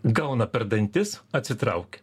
gauna per dantis atsitraukia